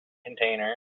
container